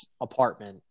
apartment